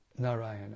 Narayana